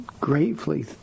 gratefully